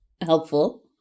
Helpful